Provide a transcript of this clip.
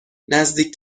نزدیک